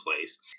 place